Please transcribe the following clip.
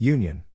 Union